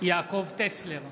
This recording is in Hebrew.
יעקב טסלר,